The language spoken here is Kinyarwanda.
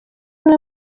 umwe